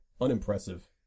Unimpressive